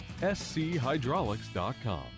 schydraulics.com